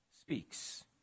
speaks